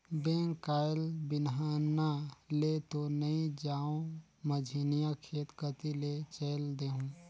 bank कायल बिहन्हा ले तो नइ जाओं, मझिन्हा खेत कति ले चयल देहूँ